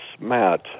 Matt